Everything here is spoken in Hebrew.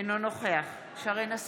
אינו נוכח שרן מרים